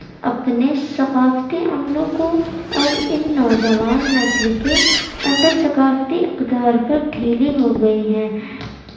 اپنے ثقافتی عملوں کو اور ان نوجوان نسل کے اندر ثقافتی اقدار پر ڈھیلی ہو گئی ہیں